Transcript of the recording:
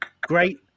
great